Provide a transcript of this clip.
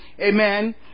Amen